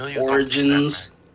Origins